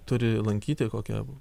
turi lankyti kokią